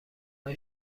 های